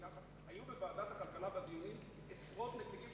בוועדת הכלכלה בדיונים עשרות נציגים